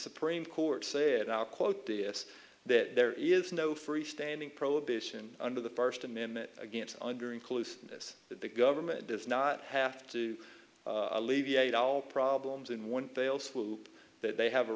supreme court said our quote this that there is no free standing prohibition under the first amendment against under inclusiveness that the government does not have to alleviate all problems in one fell swoop that they have a